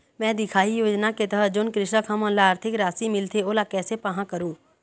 मैं दिखाही योजना के तहत जोन कृषक हमन ला आरथिक राशि मिलथे ओला कैसे पाहां करूं?